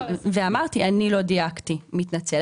אבל שמורים בקרן, לא כתוב שהם מממנים את המשכנתא.